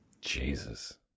Jesus